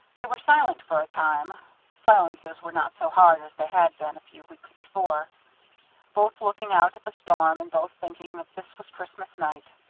they were silent for a time silences were not so hard as they had been, a few weeks before both looking out at the storm, and both thinking that this was christmas night.